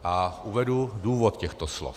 A uvedu důvod těchto slov.